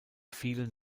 vielen